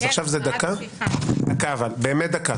עכשיו זה דקה, באמת דקה.